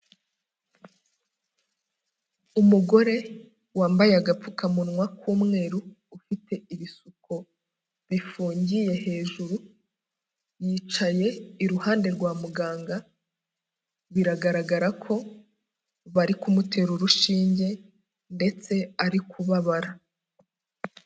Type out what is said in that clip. Umugore wambaye agapfukamunwa k'umweru, ufite ibisuko bifungiye hejuru, yicaye iruhande rwa muganga, biragaragara ko bari kumutera urushinge ndetse ari kubabara.